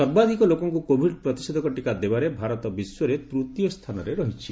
ସର୍ବାଧକ ଲୋକଙ୍କୁ କୋଭିଡ ପ୍ରତିଷେଧକ ଟିକା ଦେବାରେ ଭାରତ ବିଶ୍ୱରେ ତୃତୀୟ ସ୍ଥାନରେ ରହିଛି